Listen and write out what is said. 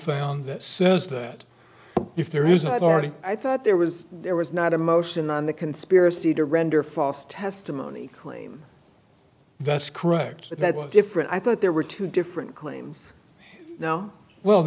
found that says that if there isn't already i thought there was there was not a motion on the conspiracy to render false testimony claim that's correct but that was different i thought there were two different claims now well